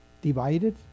divided